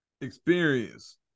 experience